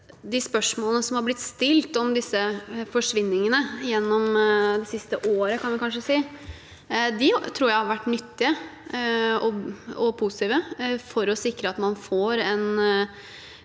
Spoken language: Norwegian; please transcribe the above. De spørsmålene som har blitt stilt om disse forsvinningene gjennom det siste året, tror jeg vi kan si har vært nyttige og positive for å sikre at man får i